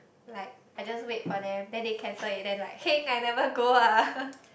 like I just wait for them then they cancelled it then like heng I never go ah